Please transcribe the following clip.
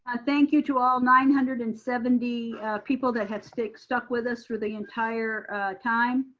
ah thank you to all nine hundred and seventy people that had stuck stuck with us through the entire time,